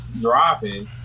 dropping